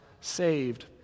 saved